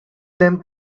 them